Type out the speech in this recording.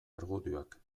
argudioak